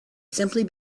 simply